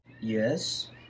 Yes